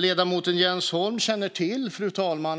Ledamoten Jens Holm känner till